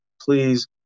please